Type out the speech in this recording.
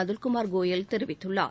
அதுல்குமார் கோயல் தெரிவித்துள்ளார்